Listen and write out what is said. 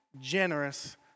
generous